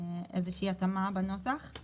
איזה התאמה בנוסח.